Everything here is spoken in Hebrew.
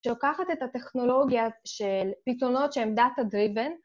שלוקחת את הטכנולוגיה של פתרונות שהן data-driven.